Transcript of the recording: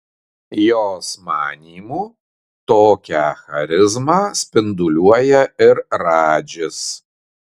jos manymu tokią charizmą spinduliuoja ir radžis